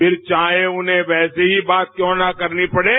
फिर चाहे उन्हें वैसी बात क्यों न करनी पडे